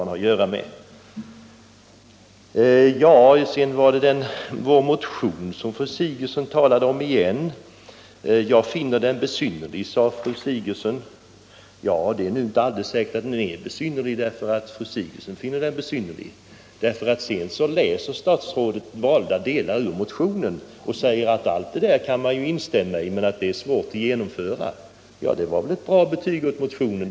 Fru Sigurdsen talade återigen om vår motion och sade att hon finner den besynnerlig. Men det är inte alldeles säkert att den är besynnerlig bara därför att fru Sigurdsen finner den besynnerlig. Statsrådet läser valda delar ur motionen och säger att allt det där kan hon instämma i men att det är svårt att genomföra det. Detta var väl ett bra betyg åt motionen!